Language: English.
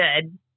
good